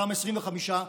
אותם 25%,